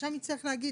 הרשם צריך לומר: